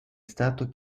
stato